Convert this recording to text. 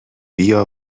بیا